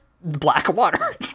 Blackwater